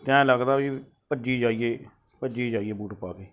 ਐਂ ਲੱਗਦਾ ਵੀ ਭੱਜੀ ਜਾਈਏ ਭੱਜੀ ਜਾਈਏ ਬੂਟ ਪਾ ਕੇ